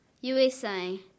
USA